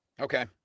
Okay